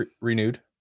renewed